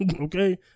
Okay